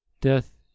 Death